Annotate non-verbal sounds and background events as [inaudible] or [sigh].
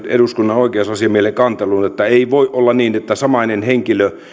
[unintelligible] eduskunnan oikeusasiamiehelle kantelun minun mielestäni ei voi olla niin että samainen henkilö